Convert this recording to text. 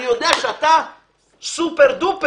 אני יודע שאתה סופר-דופר,